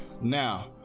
now